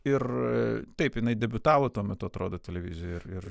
ir taip jinai debiutavo tuo metu atrodo televizijoj ir ir